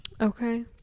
Okay